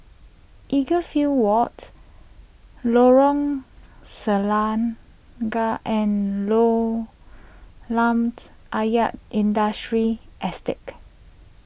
Edgefield Walt Lorong Selangat and Kolam Ayer Industrial Estate